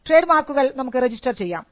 trade മാർക്കുകൾ നമുക്ക് register ചെയ്യാം